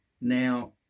now